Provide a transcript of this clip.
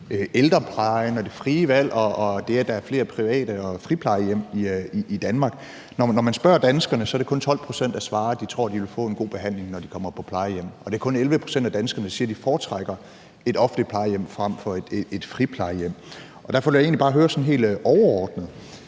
ældreplejen og det frie valg og det, at der er flere private plejehjem og friplejehjem i Danmark. Når man spørger danskerne, er det kun 12 pct., der svarer, at de tror, de vil få en god behandling, når de kommer på plejehjem, og det er kun 11 pct. af danskerne, der siger, at de foretrækker et offentligt plejehjem frem for et friplejehjem. Derfor vil jeg bare høre sådan helt overordnet